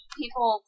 people